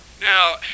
Now